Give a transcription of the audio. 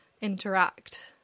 interact